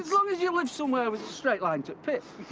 long as you live somewhere with a straight line to t'pit.